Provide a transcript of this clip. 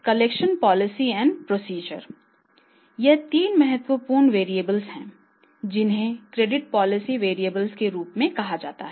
credit policy variables के रूप में कहा जाता है